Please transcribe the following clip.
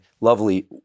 lovely